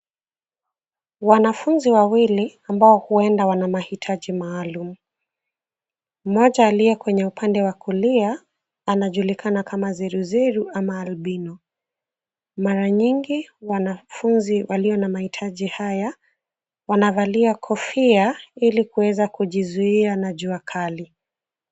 Wanafunzi wawili ambao huenda wana mahitaji maalum, mmoja aliye kwenye upande wa kulia anajulikana kama zeruzeru ama albino. Mara nyingi wanafunzi walio na mahitaji haya, wanavalia kofia ili kuweza kujizuia na jua kali.